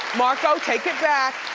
marco, take it back.